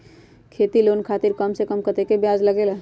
खेती लोन खातीर कम से कम कतेक ब्याज लगेला?